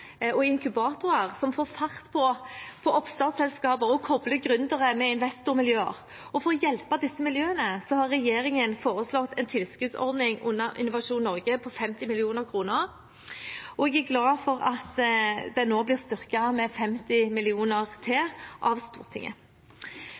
og inkubatorer som får fart på oppstartsselskaper og kobler gründere med investormiljøer. For å hjelpe disse miljøene har regjeringen foreslått en tilskuddsordning under Innovasjon Norge på 50 mill. kr. Jeg er glad for at den nå blir styrket med 50 mill. kr til